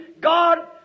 God